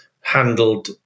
handled